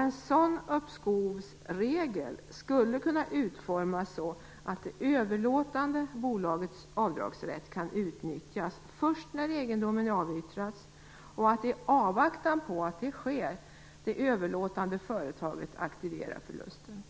En sådan uppskovsregel skulle kunna utformas så, att det överlåtande bolagets avdragsrätt kan utnyttjas först när egendomen avyttras och att det överlåtande företaget, i avvaktan på att detta sker, aktiverar förlusten. Avdragsrätten